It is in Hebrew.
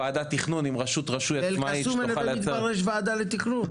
באל- קסום ובנווה מדבר יש וועדה לתכנון?